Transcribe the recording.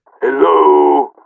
Hello